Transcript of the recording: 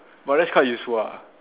but that's quite useful ah